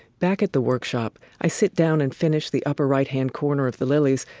back at the workshop, i sit down and finish the upper right hand corner of the lilies,